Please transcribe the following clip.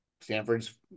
Stanford's